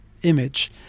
image